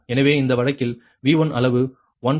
எனவே இந்த வழக்கில் V1 அளவு 1